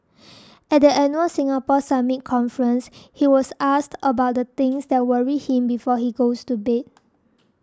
at the annual Singapore Summit conference he was asked about the things that worry him before he goes to bed